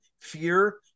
fear